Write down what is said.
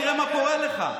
תראה מה קורה לך.